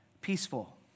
peaceful